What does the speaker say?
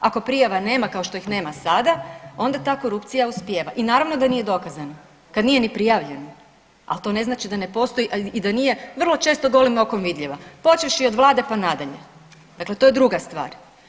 Ako prijava nema kao što ih nema sada onda ta korupcija uspijeva i naravno da nije dokazana kad nije ni prijavljena, al to ne znači da ne postoji i da nije vrlo često golim okom vidljiva počevši od vlade, pa nadalje, dakle to je druga stvar.